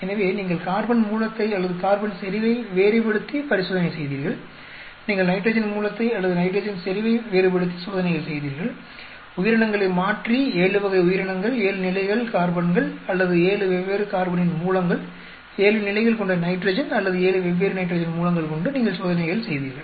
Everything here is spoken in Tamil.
எனவே நீங்கள் கார்பன் மூலத்தை அல்லது கார்பன் செறிவை வேறுபடுத்தி பரிசோதனை செய்தீர்கள் நீங்கள் நைட்ரஜன் மூலத்தை அல்லது நைட்ரஜன் செறிவை வேறுபடுத்தி சோதனைகள் செய்தீர்கள் உயிரினங்களை மாற்றி 7 வகை உயிரினங்கள் 7 நிலைகள் கார்பன்கள் அல்லது 7 வெவ்வேறு கார்பனின் மூலங்கள் 7 நிலைகள் கொண்ட நைட்ரஜன் அல்லது 7 வெவ்வேறு நைட்ரஜன் மூலங்கள் கொண்டு நீங்கள் சோதனைகள் செய்தீர்கள்